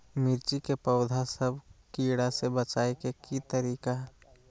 मिर्ची के पौधा सब के कीड़ा से बचाय के तरीका?